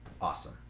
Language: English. awesome